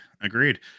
Agreed